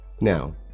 Now